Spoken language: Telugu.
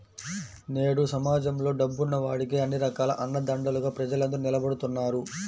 నేడు సమాజంలో డబ్బున్న వాడికే అన్ని రకాల అండదండలుగా ప్రజలందరూ నిలబడుతున్నారు